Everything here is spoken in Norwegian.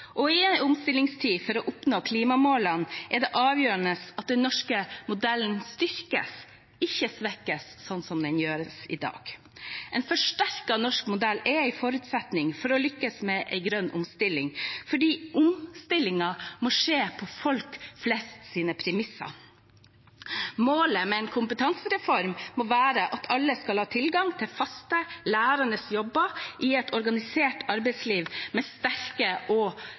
I en omstillingstid for å oppnå klimamålene er det avgjørende at den norske modellen styrkes, ikke svekkes, som den gjør i dag. En forsterket norsk modell er en forutsetning for å lykkes med en grønn omstilling fordi omstillingen må skje på folk flest sine premisser. Målet med en kompetansereform må være at alle skal ha tilgang til faste og lærende jobber i et organisert arbeidsliv med sterke